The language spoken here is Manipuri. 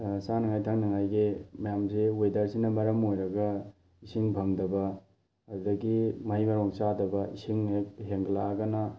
ꯆꯥꯅꯉꯥꯏ ꯊꯛꯅꯉꯥꯏꯒꯤ ꯃꯌꯥꯝꯁꯦ ꯋꯦꯗꯔ ꯁꯤꯅ ꯃꯔꯝ ꯑꯣꯏꯔꯒ ꯏꯁꯤꯡ ꯐꯪꯗꯕ ꯑꯗꯒꯤ ꯃꯍꯩ ꯃꯔꯣꯡ ꯆꯥꯗꯕ ꯏꯁꯤꯡ ꯍꯦꯛ ꯍꯦꯟꯒꯠꯂꯛꯑꯅ